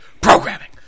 programming